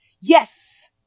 Yes